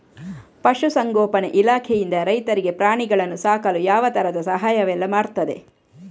ಪಶುಸಂಗೋಪನೆ ಇಲಾಖೆಯಿಂದ ರೈತರಿಗೆ ಪ್ರಾಣಿಗಳನ್ನು ಸಾಕಲು ಯಾವ ತರದ ಸಹಾಯವೆಲ್ಲ ಮಾಡ್ತದೆ?